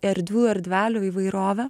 erdvių erdvelių įvairovę